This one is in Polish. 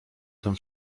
tym